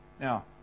Now